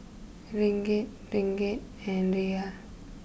Ringgit Ringgit and Riyal